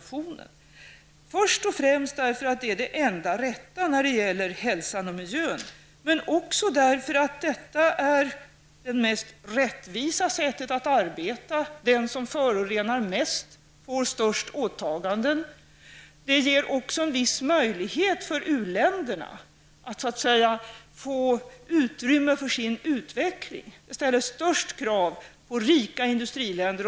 Vi gör detta först och främst därför att det är det enda rätta när det gäller hälsan och miljön, men också därför att detta är det mest rättvisa sättet att arbeta; den som förorenar mest får störst åtaganden. Det ger också en viss möjlighet för u-länderna att få utrymme för sin utveckling. Det ställer störst krav på rika industriländer.